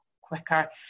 quicker